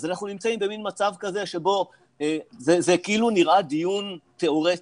אז אנחנו נמצאים במין מצב כזה שבו זה כאילו נראה דיון תיאורטי,